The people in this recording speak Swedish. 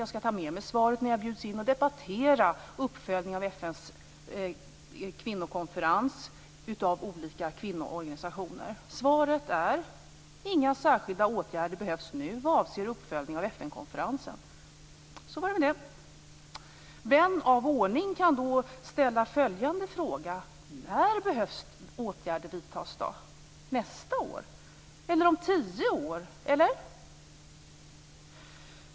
Jag skall ta med mig svaret när jag bjuds in av olika kvinnoorganisationer för att debattera uppföljningen av FN:s kvinnokonferens. Svaret är: Inga särskilda åtgärder behövs nu vad avser uppföljning av FN konferensen. Så var det med det. Vän av ordning kan då ställa följande fråga: När behöver åtgärder vidtas? Är det nästa år eller om tio år?